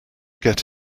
get